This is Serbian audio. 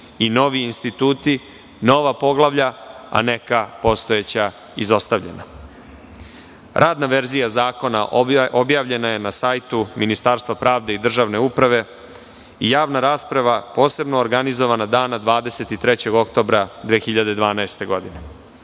i novi instituti, nova poglavlja, a neka postojeća izostavljena. Radna verzija zakona objavljena je na sajtu Ministarstva pravde i državne uprave. Javna rasprava posebno organizovana dana 23. oktobra 2012. godine